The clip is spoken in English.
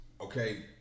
Okay